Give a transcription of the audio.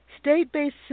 State-based